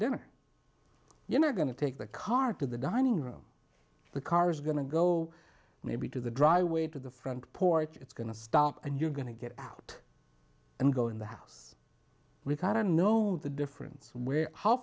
dinner you are going to take the car to the dining room the cars going to go maybe to the dry way to the front porch it's going to stop and you're going to get out and go in the house with i don't know the difference and where how